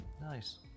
nice